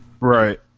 right